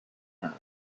her